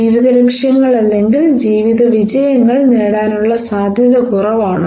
ജീവിത ലക്ഷ്യങ്ങൾ അല്ലെങ്കിൽ ജീവിത വിജയങ്ങൾ നേടാനുള്ള സാധ്യത കുറവാണ്